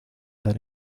dar